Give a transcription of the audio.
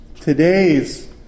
Today's